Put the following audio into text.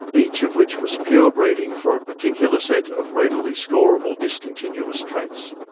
each of which was pure-breeding for a particular set of readily scorable discontinuous traits.